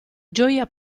gioia